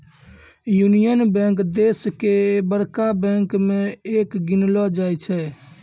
union Bank देश के बड़का बैंक मे एक गिनलो जाय छै